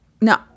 no